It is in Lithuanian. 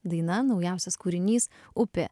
daina naujausias kūrinys upė